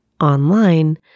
online